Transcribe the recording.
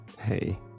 Hey